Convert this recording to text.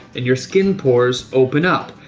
and your skin pores open up.